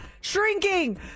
Shrinking